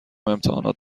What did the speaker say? امتحانات